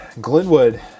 Glenwood